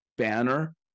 banner